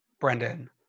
brendan